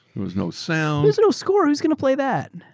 there was no sound. there's no score, who's going to play that?